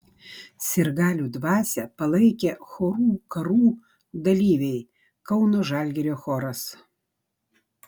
sirgalių dvasią palaikė chorų karų dalyviai kauno žalgirio choras